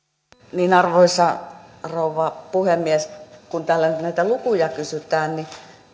arvoisa rouva puhemies kun täällä nyt näitä lukuja kysytään niin